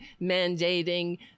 mandating